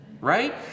right